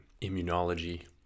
immunology